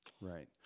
Right